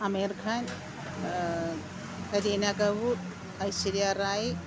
Ameer Khan Kareena Kapoor Aishwarya Rai